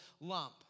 lump